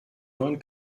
neuen